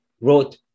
wrote